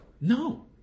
No